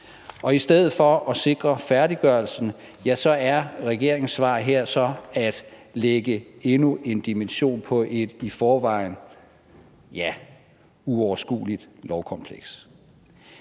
i stedet for at sikre færdiggørelsen er regeringens svar så her at lægge endnu en dimension på et i forvejen, ja, uoverskueligt lovkompleks.